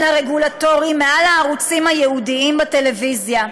הרגולטורי שעל הערוצים הייעודיים בטלוויזיה.